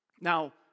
Now